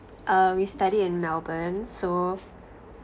uh we studied in melbourne so